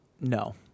No